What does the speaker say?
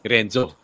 Renzo